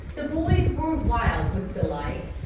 the boys were wild with delight,